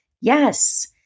yes